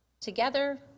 together